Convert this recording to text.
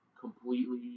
completely